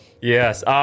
Yes